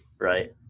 Right